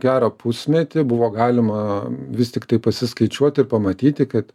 gerą pusmetį buvo galima vis tiktai pasiskaičiuoti ir pamatyti kad